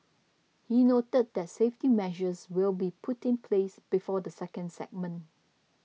he noted that safety measures will be put in place before the second segment